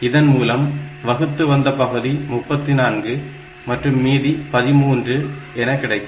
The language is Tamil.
இதன்மூலம் வகுத்து வந்த பகுதி 34 மற்றும் மீதி 13 என கிடைக்கும்